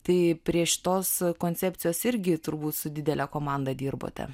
tai prie šitos koncepcijos irgi turbūt su didele komanda dirbote